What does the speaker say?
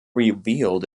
revealed